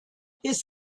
his